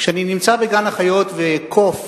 כשאני נמצא בגן-החיות וקוף